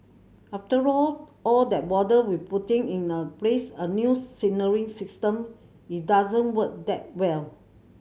after all that bother with putting in the place a new signalling system it doesn't work that well